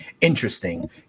interesting